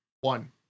One